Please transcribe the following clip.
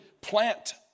plant